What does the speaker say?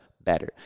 better